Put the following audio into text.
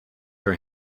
for